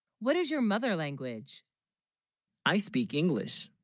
what is your mother language i speak english?